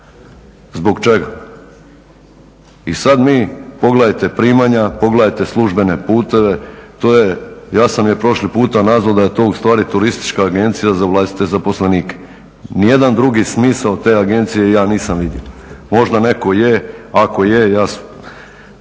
Zbog čega? I sad mi, pogledajte primanja, pogledajte službene puteve, to je, ja sam je prošli puta nazvao da je to ustvari turistička agencija za vlastite zaposlenike. Ni jedan drugi smisao te agencije ja nisam vidio. Možda netko je, ako je, ja